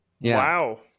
Wow